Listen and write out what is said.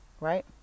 right